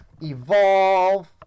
Evolve